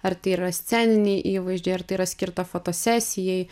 ar tai yra sceniniai įvaizdžiai ar tai yra skirta fotosesijai